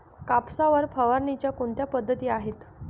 कापसावर फवारणीच्या कोणत्या पद्धती आहेत?